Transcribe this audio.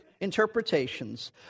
interpretations